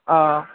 آ